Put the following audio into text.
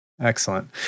Excellent